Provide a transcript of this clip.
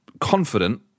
confident